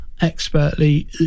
Expertly